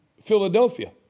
Philadelphia